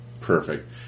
perfect